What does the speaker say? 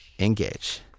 Engage